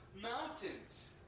mountains